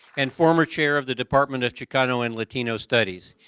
and former chair of the department of chicano and latino studies.